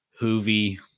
Hoovy